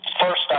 first